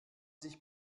sich